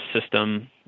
system